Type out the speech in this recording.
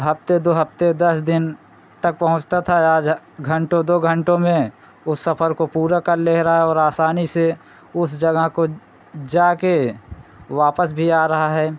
हफ्ते दो हप्ते दस दिन तक पहुँचता था आज घंटे दो घंटे में उस सफर को पूरा कर ले रहा और आसानी से उस जगह को जाकर वापस भी आ रहा है